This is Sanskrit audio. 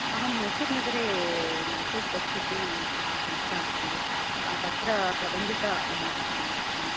अहं मैसुर् नगरे मैसुर् टेक् इति एका संस्था आसीत् तत्र प्रबन्धिका अस्मि अहं